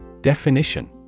Definition